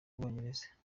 bwongereza